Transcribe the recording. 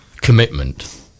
commitment